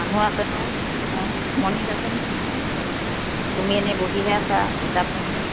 মানুহ আছে নহয় মণিক আছে তুমি এনেই বহিহে আছা আৰু হিচাপ পত্ৰ